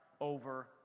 over